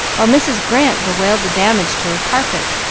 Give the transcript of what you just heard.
while mrs. grant bewailed the damage to her carpet,